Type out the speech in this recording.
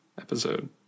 episode